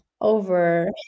over